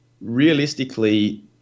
realistically